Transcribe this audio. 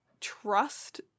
trust